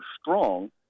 strong